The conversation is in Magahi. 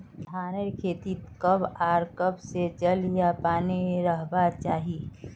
धानेर खेतीत कब आर कब से जल या पानी रहबा चही?